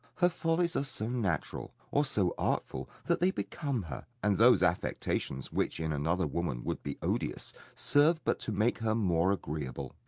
her follies are so natural, or so artful, that they become her, and those affectations which in another woman would be odious serve but to make her more agreeable.